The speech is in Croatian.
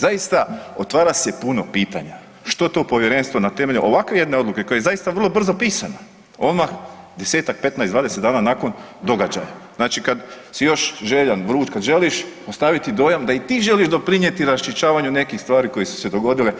Zaista otvara se puno pitanja što to povjerenstvo na temelju ovakve jedne odluke koja je zaista vrlo brzo pisana odmah desetak, petnaest, dvadeset dana nakon događaja, znači kad si još željan, vruć kad želiš ostaviti dojam da i ti želiš doprinijeti raščišćavanju nekih stvari koje su se dogodile